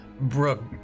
Brooke